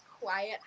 quiet